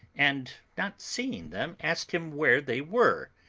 and not seeing them, asked him where they were.